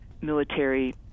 military